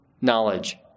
knowledge